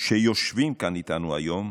שיושבים כאן איתנו היום,